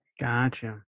gotcha